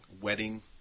wedding